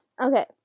Okay